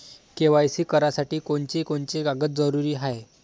KYC करासाठी कोनची कोनची कागद जरुरी हाय?